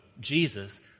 Jesus